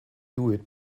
hewitt